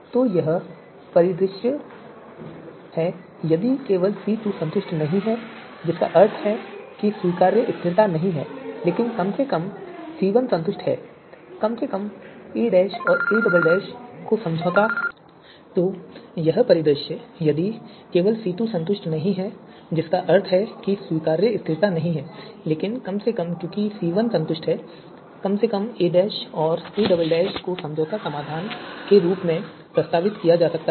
तो यह परिदृश्य है यदि केवल C2 संतुष्ट नहीं है जिसका अर्थ है कि स्वीकार्य स्थिरता नहीं है लेकिन कम से कम क्योंकि C1 संतुष्ट है कम से कम a और a को समझौता समाधान के रूप में प्रस्तावित किया जा सकता है